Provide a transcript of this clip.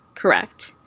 correct?